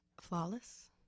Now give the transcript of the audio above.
Flawless